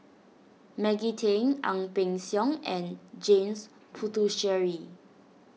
Maggie Teng Ang Peng Siong and James Puthucheary